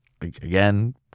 Again